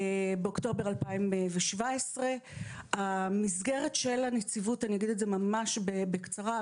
באוקטובר 2017. אני אגיד ממש בקצרה: